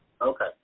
Okay